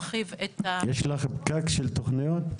יש לכם פקק של תוכניות?